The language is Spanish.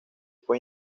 fue